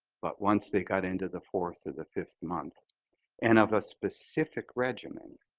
but once they got into the fourth or the fifth month and of a specific regimen,